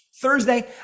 Thursday